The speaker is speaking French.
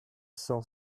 cinq